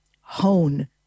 hone